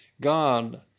God